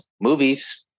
movies